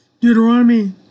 Deuteronomy